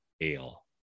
Ale